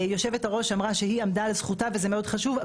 יושבת-הראש אמרה שהיא עמדה על זכותה וזה מאוד חשוב,